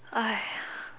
!aiya!